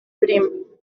prim